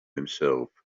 himself